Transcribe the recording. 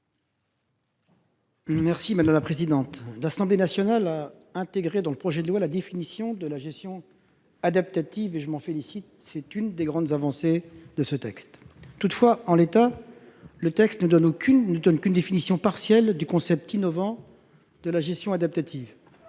l'amendement n° 112. L'Assemblée nationale a intégré dans le projet de loi la définition de la gestion adaptative, et je m'en félicite, car c'est l'une des grandes avancées de ce texte. Toutefois, en l'état, le texte ne donne qu'une définition partielle du concept innovant de gestion adaptative.